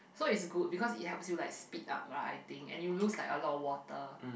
so is good because it helps you like speed up lah I think and you lose like a lot of water